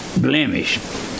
blemish